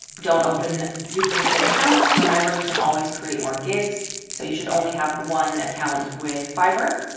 don't open duplicate accounts. remember, you can always create more gigs so you should only have one account with fiverr.